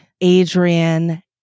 adrian